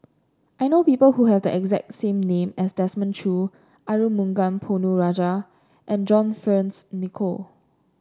I know people who have the exact name as Desmond Choo Arumugam Ponnu Rajah and John Fearns Nicoll